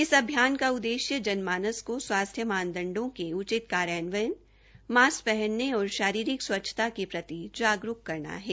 इस अभियान का उद्देश्य जन मानस को स्वास्थ्य मापदंडों के उचित कार्यान्वयन मास्क पहनर्न और शारीरिक स्वच्छता के प्रति जागरूक करना है